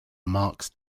marks